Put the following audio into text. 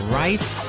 rights